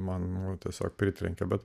man tiesiog pritrenkė bet